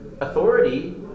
authority